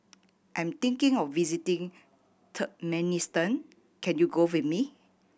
I'm thinking of visiting Turkmenistan can you go with me